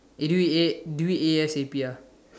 eh do it A do it A_S_A_P ah